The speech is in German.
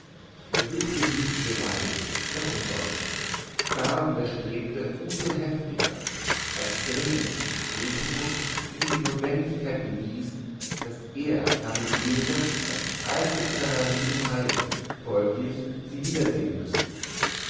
er suchte ihm dies zu beweisen doch umsonst xaver widerstrebte um so heftiger als dringender nepomuk ihm die notwendigkeit bewies daß er hermenegilda von allen bizarrerien heilen folglich sie wiedersehen müsse